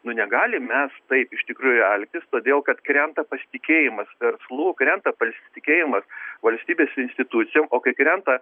nu negalim mes taip iš tikrųjų elgtis todėl kad krenta pasitikėjimas verslų krenta pasitikėjimas valstybės institucija o kai krenta